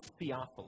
Theophilus